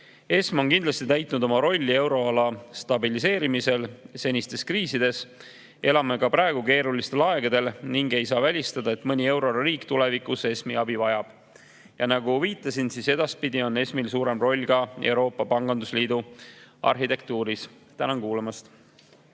ESM on kindlasti täitnud oma rolli euroala stabiliseerimisel senistes kriisides. Elame ka praegu keerulistel aegadel ning ei saa välistada, et mõni euroala riik tulevikus ESM‑i abi vajab. Ja nagu viitasin, on edaspidi ESM‑il suurem roll ka Euroopa pangandusliidu arhitektuuris. Tänan kuulamast!